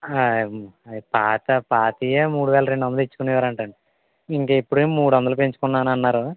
పాత పాతవే మూడు వేల రెండు వందలు ఇచ్చుకునేవారంట ఇంకా ఇప్పుడే మూడు వందలు పెంచుకున్నానన్నారు